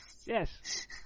Yes